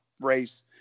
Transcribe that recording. race